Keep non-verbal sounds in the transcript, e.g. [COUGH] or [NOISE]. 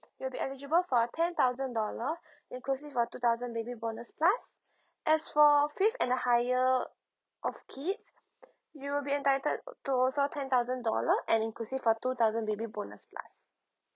you'll be eligible for ten thousand dollar [BREATH] inclusive of two thousand baby bonus plus as for fifth and a higher of kids [BREATH] you'll be entitled to also ten thousand dollar and inclusive of two thousand baby bonus plus